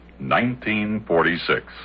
1946